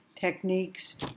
techniques